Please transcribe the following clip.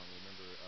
remember